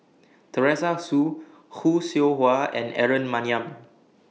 Teresa Hsu Khoo Seow Hwa and Aaron Maniam